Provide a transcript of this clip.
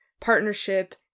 partnership